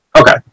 Okay